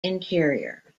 interior